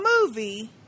movie